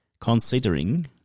Considering